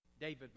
David